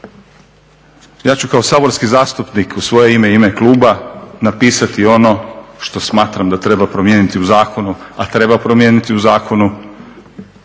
Ja ću kao saborski zastupnik u svoje ime i u ime kluba napisati ono što smatram da treba promijeniti u zakonu, a treba promijeniti u zakonu